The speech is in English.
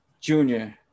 junior